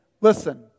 listen